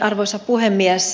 arvoisa puhemies